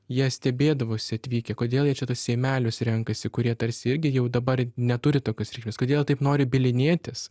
jie stebėdavosi atvykę kodėl jie čia tuos seimelius renkasi kurie tarsi irgi jau dabar neturi tokios reikšmės kodėl taip nori bylinėtis